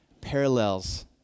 parallels